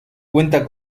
cuenta